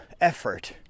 effort